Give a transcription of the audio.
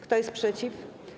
Kto jest przeciw?